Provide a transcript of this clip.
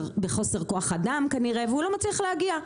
בחוסר כוח אדם כנראה והוא לא מצליח להגיע,